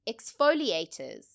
exfoliators